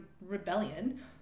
rebellion